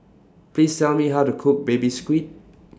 Please Tell Me How to Cook Baby Squid